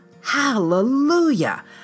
Hallelujah